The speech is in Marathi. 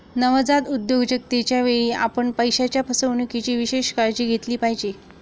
नवजात उद्योजकतेच्या वेळी, आपण पैशाच्या फसवणुकीची विशेष काळजी घेतली पाहिजे